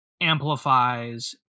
amplifies